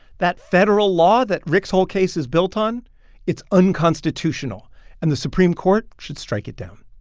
that federal law that rick's whole case is built on it's unconstitutional and the supreme court should strike it down